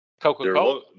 Coca-Cola